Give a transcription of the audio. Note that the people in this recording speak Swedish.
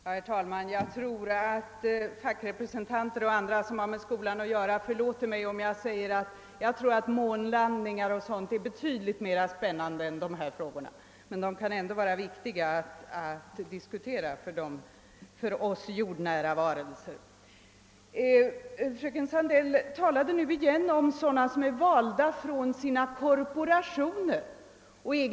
Herr talman! Jag tror att fackrepresentanter och andra som har med skolan att göra förlåter mig om jag säger att månlandningar och sådant är betydligt mer spännande än dessa frågor, som ändå kan vara viktiga för oss jordnära varelser. Fröken Sandell talade nu igen om representanter som är valda av sina korporationer.